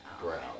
brown